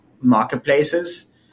marketplaces